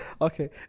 Okay